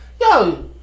Yo